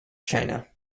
china